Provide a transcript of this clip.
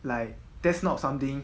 like that's not something